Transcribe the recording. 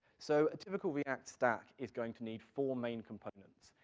so, a typical react stack, is going to need four main components.